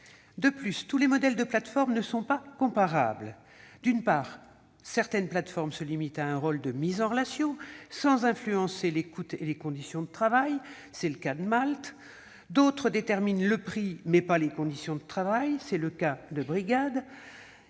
De plus, tous les modèles de plateformes ne sont pas comparables. D'une part, certaines plateformes se limitent à un rôle de mise en relation, sans influencer les coûts et les conditions de travail- c'est le cas de Malt. D'autres déterminent le prix, mais pas les conditions de travail, comme Brigad.